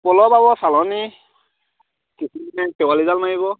প'ল পাব ছালনী খেৱালী জাল মাৰিব